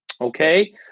Okay